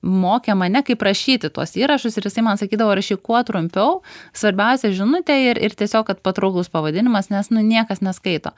mokė mane kaip rašyti tuos įrašus ir jisai man sakydavo rašyk kuo trumpiau svarbiausia žinutė ir ir tiesiog kad patrauklus pavadinimas nes nu niekas neskaito